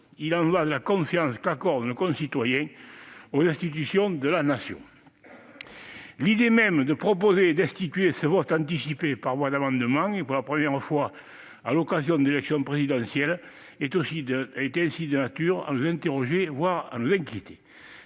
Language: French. Il y va de la confiance qu'accordent nos concitoyens aux institutions de la Nation. Ainsi, l'idée même de proposer et d'instituer ce vote anticipé par voie d'amendement, et pour la première fois à l'occasion de l'élection présidentielle, était de nature à nous interroger, voire à nous inquiéter.